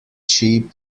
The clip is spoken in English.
sheep